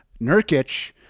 Nurkic